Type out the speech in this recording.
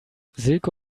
silke